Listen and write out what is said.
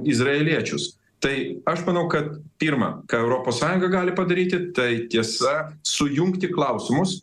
izraeliečius tai aš manau kad pirma ką europos sąjunga gali padaryti tai tiesa sujungti klausimus